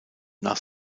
nach